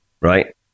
right